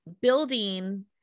building